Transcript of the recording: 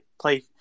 play